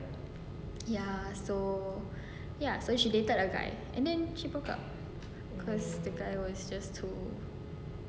ya so ya she dated a guy and then she broke up cause the guy was just too